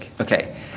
Okay